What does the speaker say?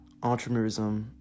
entrepreneurism